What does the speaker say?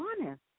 honest